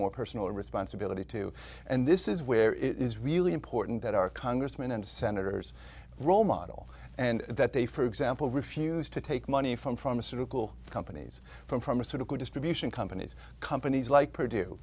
more personal responsibility too and this is where it is really important that our congressmen and senators role model and that they for example refuse to take money from from a sort of pool companies from from a sort of distribution companies companies like perdue